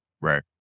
Right